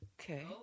Okay